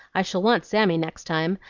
i shall want sammy next time.